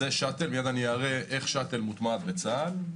מיד אני אראה איך שאט"ל מוטמע בצה"ל.